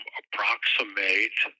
approximate